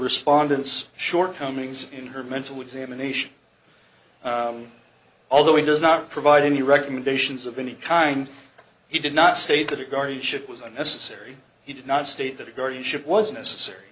respondents shortcomings in her mental examination although he does not provide any recommendations of any kind he did not state that the guardianship was unnecessary he did not state that the guardianship was necessary